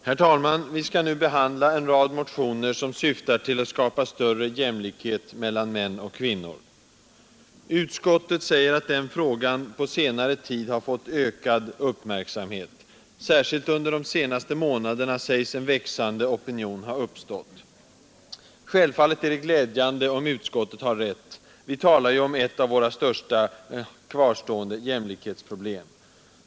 Herr talman! Vi skall nu behandla en rad motioner som syftar till att skapa större jämlikhet mellan män och kvinnor. Utskottet säger att den frågan på senare tid har fått ökad uppmärksamhet. Särskilt under de senaste månaderna sägs en växande opinion ha lvfallet är det glädjande om utskottet har rätt — vi talar ju om ett av våra största kvarstående jämlikhetsproblem.